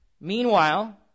Meanwhile